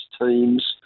teams